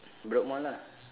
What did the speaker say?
bedok mall lah